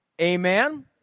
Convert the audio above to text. Amen